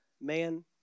man